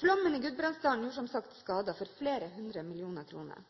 Flommen i Gudbrandsdalen gjorde, som sagt, skader for flere hundre millioner kroner.